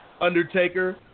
Undertaker